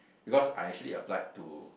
because I actually applied to